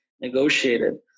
negotiated